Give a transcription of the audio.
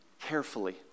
carefully